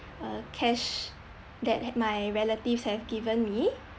uh cash that my relatives have given me